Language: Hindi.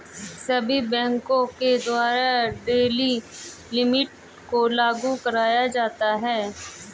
सभी बैंकों के द्वारा डेली लिमिट को लागू कराया जाता है